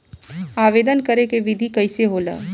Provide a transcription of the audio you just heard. आवेदन करे के विधि कइसे होला?